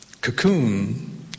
cocoon